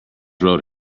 wrote